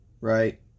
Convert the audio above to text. Right